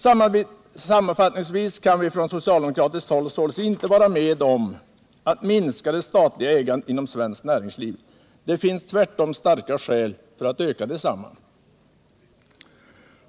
Sammanfattningsvis kan vi från socialdemokratiskt håll således inte vara med om att minska det statliga ägandet inom svenskt näringsliv. Det finns tvärtom starka skäl för att öka detsamma.